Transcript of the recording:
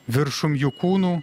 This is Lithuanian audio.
viršum jų kūnų